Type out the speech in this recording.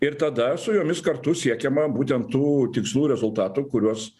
ir tada su jomis kartu siekiama būtent tų tikslų rezultatų kuriuos